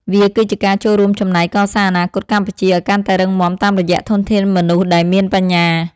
វាគឺជាការចូលរួមចំណែកកសាងអនាគតកម្ពុជាឱ្យកាន់តែរឹងមាំតាមរយៈធនធានមនុស្សដែលមានបញ្ញា។